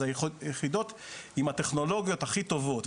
היחידות עם הטכנולוגיות הכי טובות,